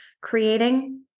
creating